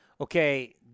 Okay